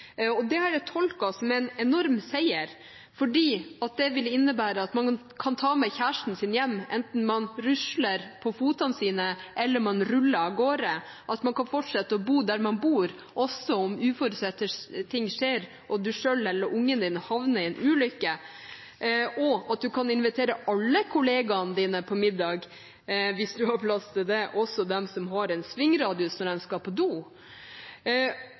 og det har jeg tolket som en enorm seier, fordi det vil innebære at man kan ta med kjæresten sin hjem enten man rusler på føttene sine eller ruller avgårde, at man kan fortsette å bo der man bor, også om uforutsette ting skjer og man selv eller ungene havner i en ulykke, og at man kan invitere alle kollegene sine på middag – hvis man har plass til det – også de som har en svingradius når de skal på do.